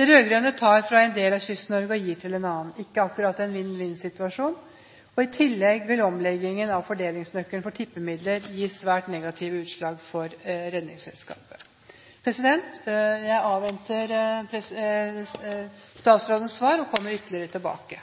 De rød-grønne tar fra én del av Kyst-Norge og gir til en annen – ikke akkurat en vinn-vinn-situasjon. I tillegg vil omleggingen av fordelingsnøkkelen for tippemidler gi svært negative utslag for Redningsselskapet. Jeg avventer statsrådens svar og kommer